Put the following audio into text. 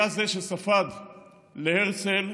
היה זה שספד להרצל,